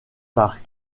par